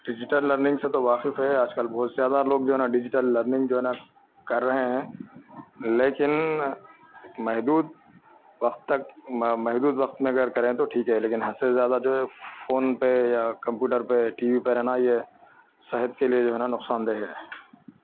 digital learning سے تو واقف ہے آج کل بہت زیادہ لوگ جو ہے نا ڈیجیٹل لرننگ جو ہے نا کر رہے ہیں لیکن محدود وقت تک محدود وقت میں اگر کریں تو ٹھیک ہے لیکن حد سے زیادہ جو ہے فون پہ یا کمپیوٹر پہ ٹی وی پہ رہنا یہ صحت کے لیے جو ہے نا نقصان دہ ہے